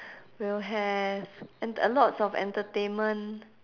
will have ent~ lots of entertainment